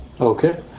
Okay